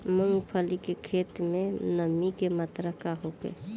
मूँगफली के खेत में नमी के मात्रा का होखे?